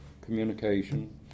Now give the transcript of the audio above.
communication